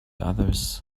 others